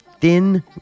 thin